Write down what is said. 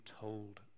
told